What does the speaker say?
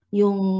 yung